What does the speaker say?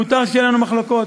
מותר שיהיו לנו מחלוקות.